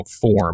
form